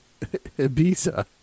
Ibiza